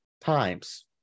times